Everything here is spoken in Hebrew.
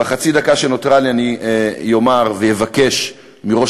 במחצית הדקה שנותרה לי אני אומר ואבקש מראש